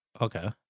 Okay